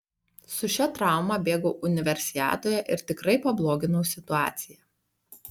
su šia trauma bėgau universiadoje ir tikrai pabloginau situaciją